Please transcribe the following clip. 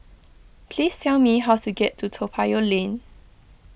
please tell me how to get to Toa Payoh Lane